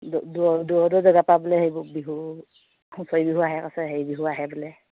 দূৰৰ জেগাৰপৰা বোলে সেইবোৰ বিহু হুঁচৰি বিহু আহে কৈছে হেৰি বিহু আহে বোলে